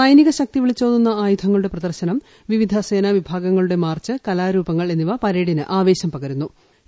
സൈനിക ശക്തി വിളിച്ചോതുന്ന ആയുധങ്ങളുടെ പ്രദർശനം വിവിധ സേനാവിഭാഗങ്ങളുടെ മാർച്ച് കലാരൂപങ്ങൾ എന്നിവ പരേഡിന് ആവേശം പകരുന്നവയാണ്